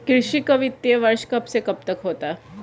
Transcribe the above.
कृषि का वित्तीय वर्ष कब से कब तक होता है?